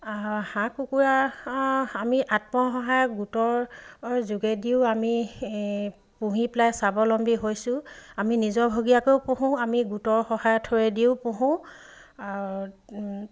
হাঁহ কুকুৰা আমি আত্মসহায়ক গোটৰ যোগেদিও আমি পুহি পেলাই স্বাৱলম্বী হৈছোঁ আমি নিজৰ ভগীয়াকৈও পোহোঁ আমি গোটৰ সহায় থৰেদিও পোহোঁ